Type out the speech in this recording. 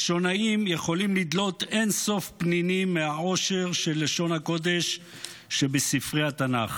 לשונאים יכולים לדלות אין-סוף פנינים מהעושר של לשון הקודש בספרי התנ"ך.